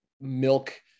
milk